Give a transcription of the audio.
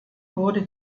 wurde